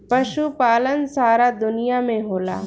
पशुपालन सारा दुनिया में होला